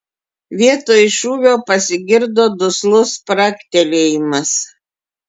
vietoj šūvio pasigirdo duslus spragtelėjimas